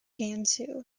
gansu